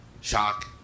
shock